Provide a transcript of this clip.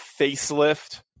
facelift